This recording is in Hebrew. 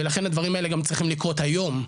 ולכן הדברים האלה גם צריכים לקרות היום,